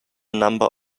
number